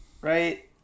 right